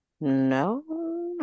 No